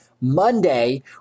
Monday